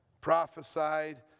prophesied